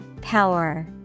Power